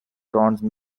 bronze